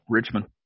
Richmond